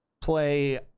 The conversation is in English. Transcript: play